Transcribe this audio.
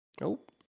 Nope